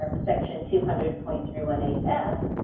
section two hundred point three one eight f,